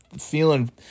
feeling